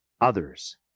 others